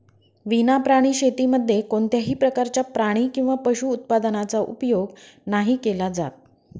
विना प्राणी शेतीमध्ये कोणत्याही प्रकारच्या प्राणी किंवा पशु उत्पादनाचा उपयोग नाही केला जात